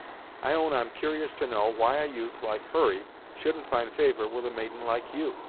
i own i'm cur'ous to know why a youth like hurry shouldn't find favor with a maiden like you?